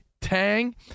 Tang